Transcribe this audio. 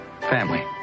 Family